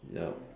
yup